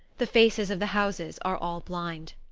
the faces of the houses are all blind.